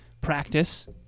practice